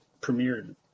premiered